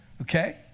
okay